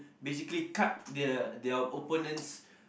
basically cut their their opponent's